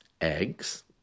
Eggs